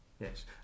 Yes